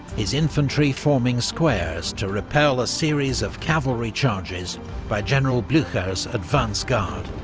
his infantry forming squares to repel a series of cavalry charges by general blucher's advance guard.